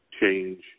change